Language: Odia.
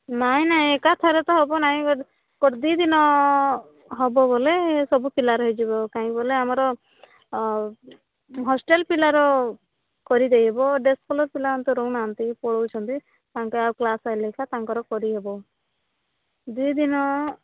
ନାଇଁ ନାଇଁ ଏକାଥରେ ତ ହେବ ନାହିଁ ଦୁଇ ଦିନ ହେବ ବୋଲେ ସବୁପିଲାର ହେଇଯିବ କାଇଁ ବୋଲେ ଆମର ହଷ୍ଟେଲ୍ ପିଲାର କରିଦେଇ ହେବ ପିଲାମାନେ ତ ରହୁନାହାଁନ୍ତି ପଳଉଛନ୍ତି ତାଙ୍କେ ଆଗ କ୍ଲାସ୍ ଆସିଲେ ଏକା ତାଙ୍କର କରିହେବ ଦୁଇ ଦିନ